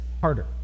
harder